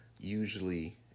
usually